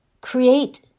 create